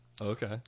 Okay